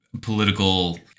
political